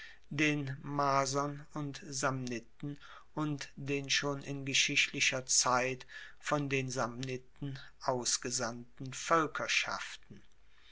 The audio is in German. den marsern und samniten und den schon in geschichtlicher zeit von den samniten ausgesandten